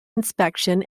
inspection